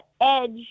edge